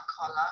collar